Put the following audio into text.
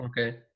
Okay